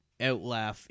Outlaw